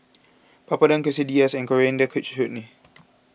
Papadum Quesadillas and Coriander Chutney